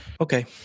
okay